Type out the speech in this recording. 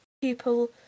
people